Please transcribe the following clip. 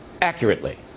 accurately